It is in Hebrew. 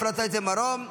אפרת רייטן מרום,